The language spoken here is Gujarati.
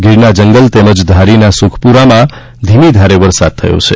ગીરના જંગલ તેમજ ધારીના સુખપુરમાં ધીમી ધારે વરસાદ થયો છે